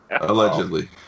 Allegedly